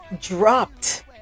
dropped